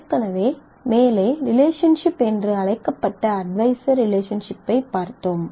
ஏற்கனவே மேலே ரிலேஷன்ஷிப் என்று அழைக்கப்பட்ட அட்வைசர் ரிலேஷன்ஷிப்பைப் பார்த்தோம்